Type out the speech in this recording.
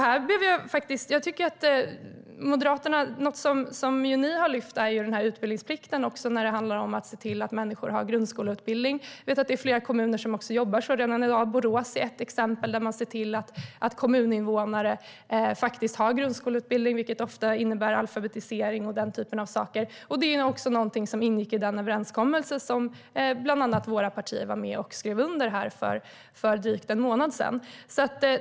Ni i Moderaterna har lyft utbildningsplikten också när det handlar om att se till att människor har grundskoleutbildning. Det är flera kommuner som jobbar så redan i dag. Borås är ett exempel. Där ser man till att kommuninvånare faktiskt har grundskoleutbildning, vilket ofta innebär alfabetisering och sådana saker. Det här ingick i den överenskommelse som våra partier var med och skrev under för drygt en månad sedan.